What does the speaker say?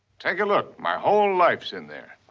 take a look. my whole life is in there.